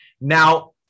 Now